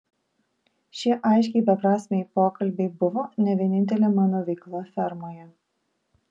šie aiškiai beprasmiai pokalbiai buvo ne vienintelė mano veikla fermoje